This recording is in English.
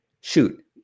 Shoot